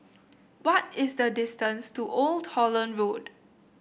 what is the distance to Old Holland Road